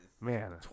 Man